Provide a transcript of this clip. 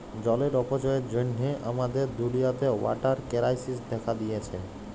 জলের অপচয়ের জ্যনহে আমাদের দুলিয়াতে ওয়াটার কেরাইসিস্ দ্যাখা দিঁয়েছে